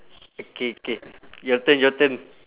okay K your turn your turn